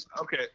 okay